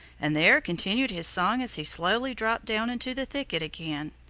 and there continued his song as he slowly dropped down into the thicket again.